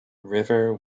river